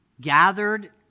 gathered